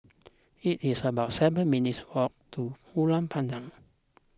it is about seven minutes' walk to Ulu Pandan